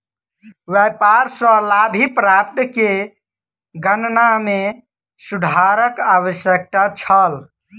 व्यापार सॅ लाभ प्राप्ति के गणना में सुधारक आवश्यकता छल